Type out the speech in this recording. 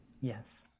Yes